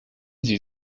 sie